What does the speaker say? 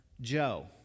Joe